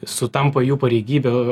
sutampa jų pareigybių